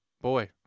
Boy